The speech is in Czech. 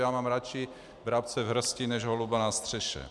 Já mám radši vrabce v hrsti než holuba na střeše.